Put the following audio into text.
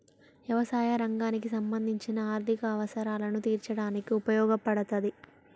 యవసాయ రంగానికి సంబంధించిన ఆర్ధిక అవసరాలను తీర్చడానికి ఉపయోగపడతాది